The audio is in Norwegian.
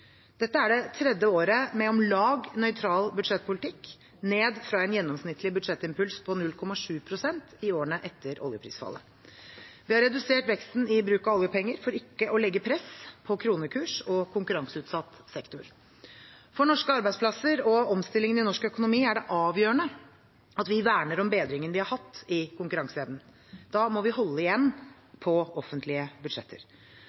Dette er tredje året med om lag nøytral budsjettpolitikk, ned fra en gjennomsnittlig budsjettimpuls på 0,7 pst. i årene etter oljeprisfallet. Vi har redusert veksten i bruk av oljepenger for ikke å legge press på kronekurs og konkurranseutsatt sektor. For norske arbeidsplasser og omstillingen i norsk økonomi er det avgjørende at vi verner om bedringen vi har hatt i konkurranseevnen. Da må vi holde igjen på offentlige budsjetter.